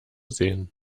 sehen